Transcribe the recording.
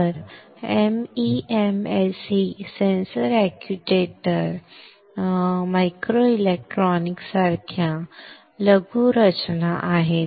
तर एमईएमएस ही sensor actuator sensors actuators microelectronics सारख्या लघु रचना आहेत